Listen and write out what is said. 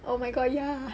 oh my god ya